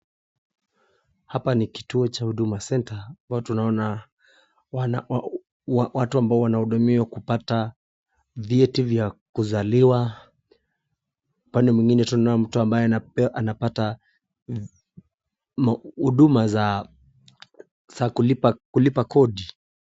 Hapa ni kituo cha Huduma Center hua tunaona watu ambao wanahudumiwa kupata vyeti vya kuzaliwa. Upande mwingine tunaona mtu ambaye anapata huduma za kulipa kodi.